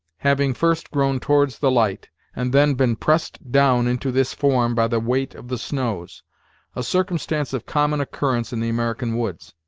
having first grown towards the light, and then been pressed down into this form by the weight of the snows a circumstance of common occurrence in the american woods.